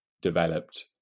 developed